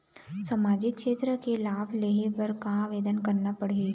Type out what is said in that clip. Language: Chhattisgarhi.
सामाजिक क्षेत्र के लाभ लेहे बर का आवेदन करना पड़ही?